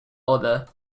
order